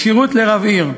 כשירות לרב עיר.